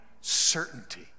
certainty